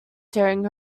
tearing